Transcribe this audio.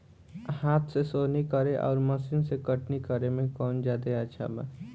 हाथ से सोहनी करे आउर मशीन से कटनी करे मे कौन जादे अच्छा बा?